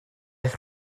eich